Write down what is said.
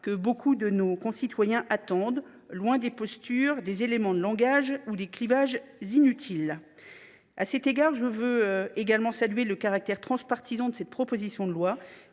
que beaucoup de nos concitoyens attendent, loin des postures, des éléments de langage ou des clivages inutiles. À cet égard, je veux également saluer le caractère transpartisan de cette proposition de loi,